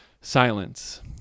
silence